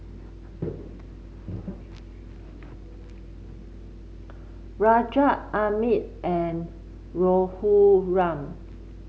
Rajat Amit and Raghuram